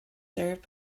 served